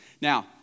Now